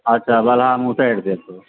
अच्छा बलहामे उतारि देत ओ